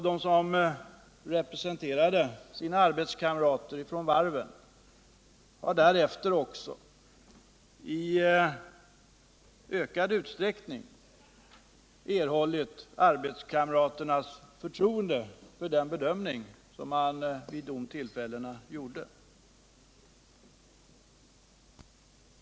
De som representerade sina arbetskamrater vid varven har därefter också i ökad utsträckning erhållit arbetskamraternas förtroende för den bedömning man vid de tillfällena gjorde.